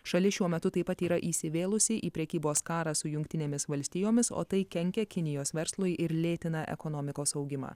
šalis šiuo metu taip pat yra įsivėlusi į prekybos karą su jungtinėmis valstijomis o tai kenkia kinijos verslui ir lėtina ekonomikos augimą